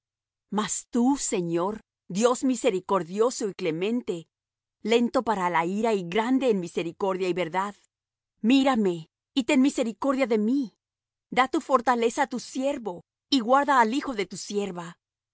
mas tú señor dios misericordioso y clemente lento para la ira y grande en misericordia y verdad mírame y ten misericordia de mí da tu fortaleza á tu siervo y guarda al hijo de tu sierva